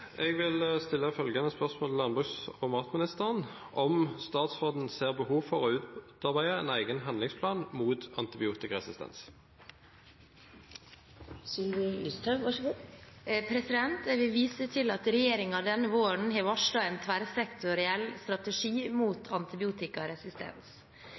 Jeg vil stille følgende spørsmål til landbruks- og matministeren: «Ser statsråden behov for å utarbeide en egen handlingsplan mot antibiotikaresistens?» Jeg vil vise til at regjeringen denne våren har varslet en tverrsektoriell strategi mot antibiotikaresistens.